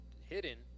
hidden